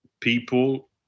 people